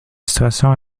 situation